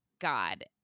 God